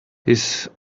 his